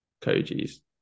Koji's